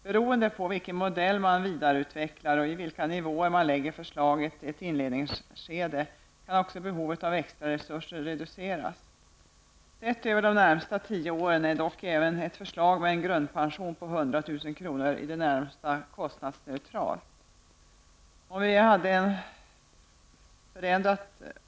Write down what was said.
Beroende på vilken modell man vidareutvecklar och vilka nivåer man lägger förslaget på i ett inläggningsskede kan också behovet av extra resurser reduceras. Men om man ser till den närmaste tioårsperioden, är även ett förslag med en grundpension om 100 000 kr. i det närmaste kostnadsneutralt.